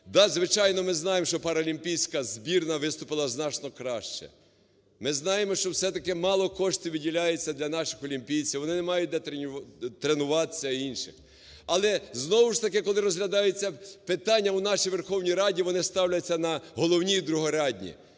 Да, звичайно, ми знаємо, що паралімпійська збірна виступила значно краще. Ми знаємо, що все-таки мало коштів виділяється для наших олімпійців, вони не мають де тренуватися і інше. Але знову ж таки, коли розглядається питання у нашій Верховній Раді, вони ставляться на головні і другорядні.